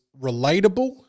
relatable